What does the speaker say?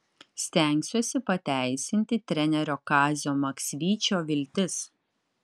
stengsiuosi pateisinti trenerio kazio maksvyčio viltis